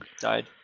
died